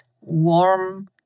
warm